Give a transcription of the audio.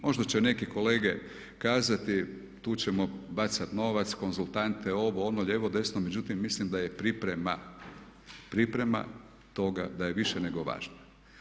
Možda će neki kolege kazati, tu ćemo bacati novac, konzultante, ovo, ono, lijevo, desno, međutim, mislim da je priprema, priprema toga da je više nego važna.